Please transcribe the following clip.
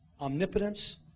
omnipotence